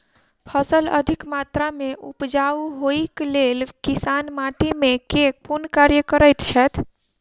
फसल अधिक मात्रा मे उपजाउ होइक लेल किसान माटि मे केँ कुन कार्य करैत छैथ?